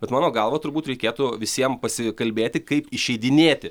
bet mano galva turbūt reikėtų visiem pasikalbėti kaip išeidinėti